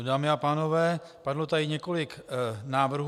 Dámy a pánové, padlo tady několik návrhů.